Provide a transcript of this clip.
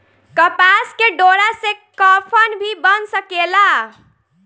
कपास के डोरा से कफन भी बन सकेला